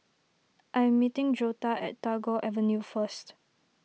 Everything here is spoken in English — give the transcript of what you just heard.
I am meeting Joetta at Tagore Avenue first